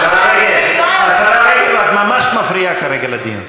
השרה רגב, השרה רגב, את ממש מפריעה כרגע לדיון.